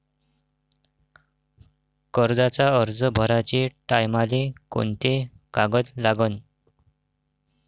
कर्जाचा अर्ज भराचे टायमाले कोंते कागद लागन?